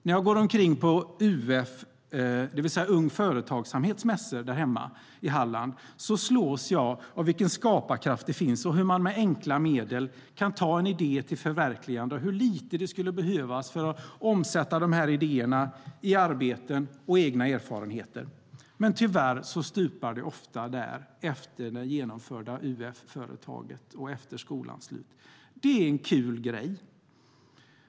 När jag går omkring på UF, det vill säga Ung Företagsamhets mässor, hemma i Halland slås jag av vilken skaparkraft det finns, hur man med enkla medel kan ta en idé till förverkligande och hur lite det skulle behövas för att omsätta dessa idéer i arbeten och egna erfarenheter. Men tyvärr stupar det ofta efter det genomförda UF-företaget och skolans slut. Det är en kul grej.